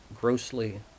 grossly